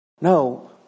No